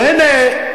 והנה,